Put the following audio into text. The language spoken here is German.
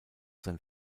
sein